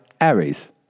Aries